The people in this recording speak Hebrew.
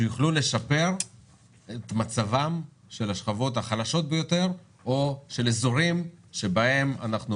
שיוכלו לשפר את מצבם של השכבות החלשות ביותר או של אזורים שבהם אנחנו